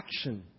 action